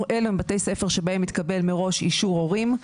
ואלו הם בתי הספר שבהם התקבל מראש אישור הורים,